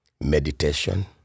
Meditation